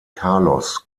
carlos